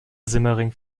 simmering